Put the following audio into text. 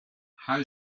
how